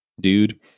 dude